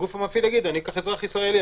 הגוף המפעיל יגיד שהוא ייקח אזרח ישראלי,